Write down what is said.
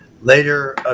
later